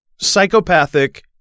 psychopathic